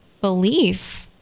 belief